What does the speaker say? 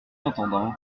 entendant